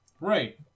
Right